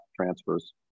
transfers